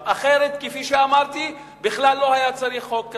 אחרת, כפי שאמרתי, בכלל לא היה צריך חוק כזה.